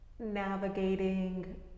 navigating